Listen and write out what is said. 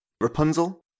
Rapunzel